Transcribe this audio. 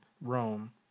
Rome